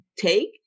take